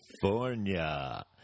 California